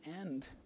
end